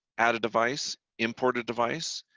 add a device, import a device,